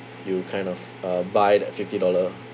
you kind of uh buy that fifty dollar